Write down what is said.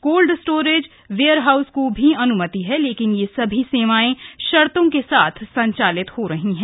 cold storage warehouse को भी अन्मति है लेकिन यह सभी सेवाएं शर्तों के साथ संचालित हो रही हैं